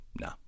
no